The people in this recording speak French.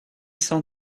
cent